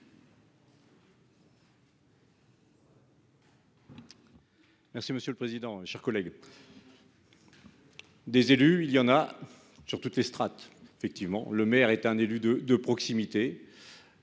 Merci monsieur le président, chers collègues. Des élus, il y en a sur toutes les strates effectivement le maire est un élu de de proximité.